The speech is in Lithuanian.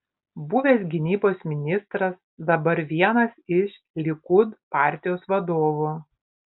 buvęs gynybos ministras dabar vienas iš likud partijos vadovų